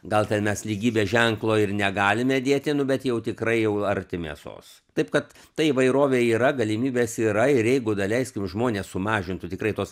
gal ten mes lygybės ženklo ir negalime dėti nu bet jau tikrai jau arti mėsos taip kad ta įvairovė yra galimybės yra ir jeigu daleiskim žmonės sumažintų tikrai tos